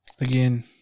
Again